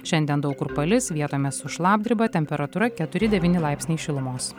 šiandien daug kur palis vietomis su šlapdriba temperatūra keturi devyni laipsniai šilumos